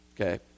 Okay